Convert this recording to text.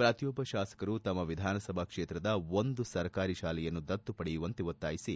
ಪ್ರತಿಯೊಬ್ಬ ಶಾಸಕರು ತಮ್ಮ ವಿಧಾನಸಭಾ ಕ್ಷೇತ್ರದ ಒಂದು ಸರ್ಕಾರಿ ಶಾಲೆಯನ್ನು ದತ್ತು ಪಡೆಯುವಂತೆ ಒತ್ತಾಯಿಸಿ